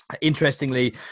Interestingly